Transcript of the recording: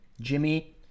Jimmy